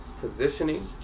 positioning